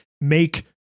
make